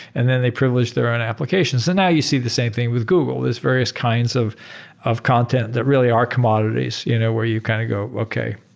and then they privileged their own applications, and now you see the same thing with google, these various kinds of of content that really are commodities you know where you kind of go, okay.